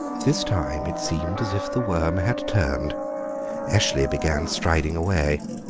this time it seemed as if the worm had turned eshley began striding away.